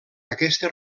aquesta